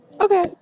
Okay